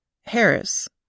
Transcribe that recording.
Harris